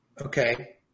Okay